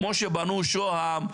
כמו שבנו שוהם,